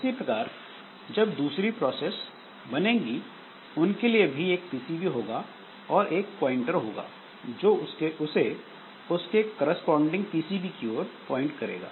इसी प्रकार जब दूसरी प्रोसेस बनेगी उसके लिए भी एक पीसीबी होगा और एक प्वाइंटर होगा जो उसे उसके करेस्पोंडिंग पीसीबी की ओर पॉइंट करेगा